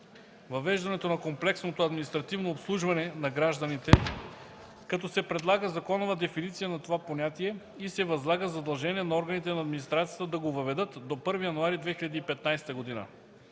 въвеждането на комплексното административно обслужване на гражданите, като се предлага законова дефиниция на това понятие и се възлага задължение на органите на администрацията да го въведат до 1 януари 2015 г.,